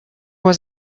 was